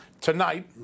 Tonight